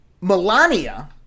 Melania